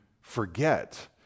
forget